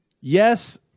Yes